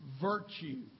virtue